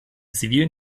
zivilen